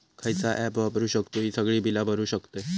खयचा ऍप वापरू शकतू ही सगळी बीला भरु शकतय?